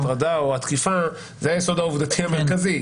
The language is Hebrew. הטרדה או תקיפה זה היסוד העובדתי המרכזי.